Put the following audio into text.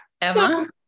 Emma